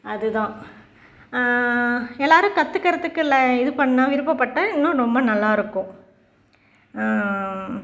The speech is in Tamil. அது தான் எல்லோரும் கற்றுக்கிறதுக்கு இல்லை இது பண்ணிணா விருப்பப்பட்டால் இன்னும் ரொம்ப நல்லா இருக்கும்